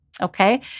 okay